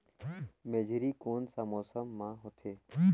मेझरी कोन सा मौसम मां होथे?